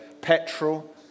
petrol